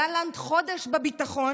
גלנט חודש בביטחון,